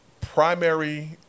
primary